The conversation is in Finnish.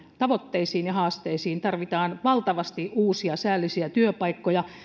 tavoitteisiin ja haasteisiin tarvitaan valtavasti uusia säällisiä työpaikkoja